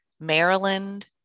Maryland